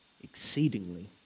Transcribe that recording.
Exceedingly